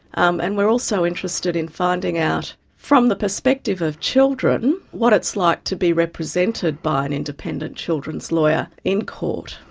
um and we're also interested in finding out from the perspective of children what it's like to be represented by an independent children's lawyer in court.